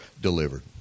delivered